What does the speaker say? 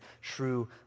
true